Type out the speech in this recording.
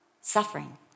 suffering